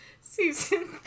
Season